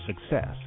success